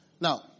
Now